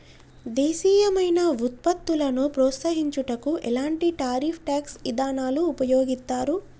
దేశీయమైన వృత్పత్తులను ప్రోత్సహించుటకు ఎలాంటి టారిఫ్ ట్యాక్స్ ఇదానాలు ఉపయోగిత్తారు